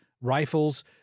rifles